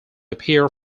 appear